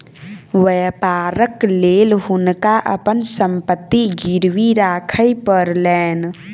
व्यापारक लेल हुनका अपन संपत्ति गिरवी राखअ पड़लैन